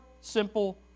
simple